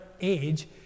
age